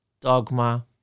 dogma